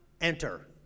enter